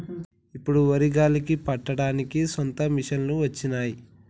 ఇప్పుడు వరి గాలికి పట్టడానికి సొంత మిషనులు వచ్చినాయి